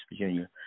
Virginia